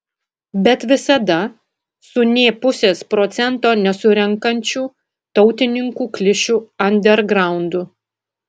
bet visada su nė pusės procento nesurenkančių tautininkų klišių andergraundu